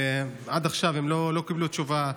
ועד עכשיו הם לא קיבלו תשובה.